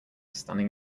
standing